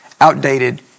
outdated